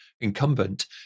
incumbent